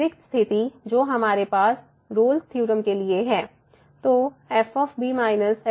अतिरिक्त स्थिति जो हमारे पास रोल्स थ्योरम Rolle's theorem के लिए है